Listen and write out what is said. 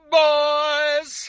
boys